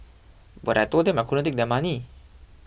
but I told them I couldn't take their money